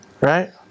Right